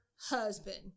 husband